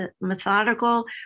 methodical